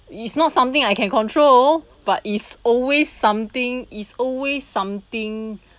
it's not something I can control but it's always something is always something